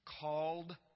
Called